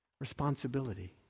Responsibility